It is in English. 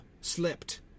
slipped